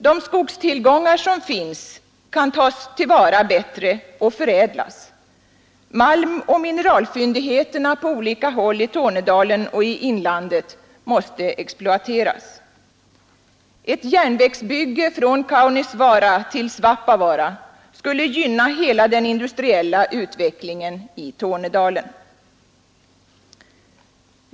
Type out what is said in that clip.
De skogstillgångar som finns där kan tas till vara bättre och förädlas. Malmoch mineralfyndigheterna på olika håll i Tornedalen och i inlandet måste exploateras. Ett järnvägsbygge från Kaunisvaara till Svappavaara skulle gynna hela den industriella utvecklingen i Tornedalen.